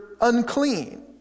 unclean